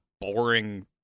boring